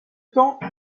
temps